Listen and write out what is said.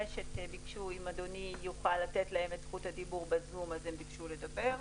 רשת בקשו את זכות הדיבור בזום אם אדוני יאפשר להם.